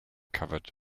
covered